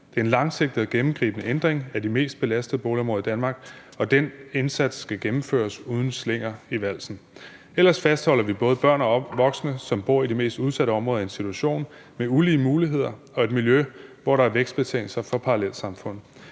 Det er en langsigtet og gennemgribende ændring af de mest belastede boligområder i Danmark, og den indsats skal gennemføres uden slinger i valsen; ellers fastholder vi både børn og voksne, som bor i de mest udsatte områder, i en situation med ulige muligheder og i et miljø, hvor der er vækstbetingelser for parallelsamfund.